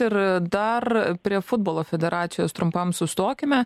ir dar prie futbolo federacijos trumpam sustokime